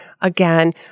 again